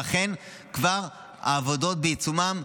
ואכן העבודות כבר בעיצומן,